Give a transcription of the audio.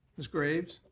ms. graves.